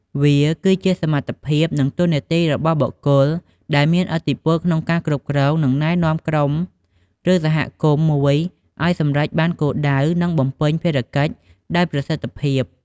វាគឺជាសមត្ថភាព និងតួនាទីរបស់បុគ្គលដែលមានឥទ្ធិពលក្នុងការគ្រប់គ្រង និងណែនាំក្រុម ឬសហគមន៍មួយឲ្យសម្រេចបានគោលដៅ និងបំពេញភារកិច្ចដោយប្រសិទ្ធភាព។